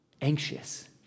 anxious